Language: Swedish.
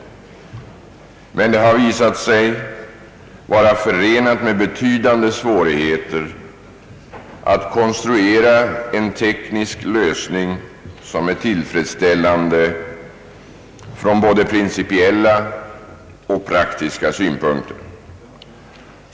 Det har emellertid visat sig vara förenat med betydande svårigheter att konstruera en teknisk lösning som är tillfredsställande både från principiella och praktiska synpunkter.